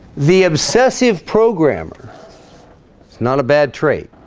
the obsessive programmer it's not a bad trait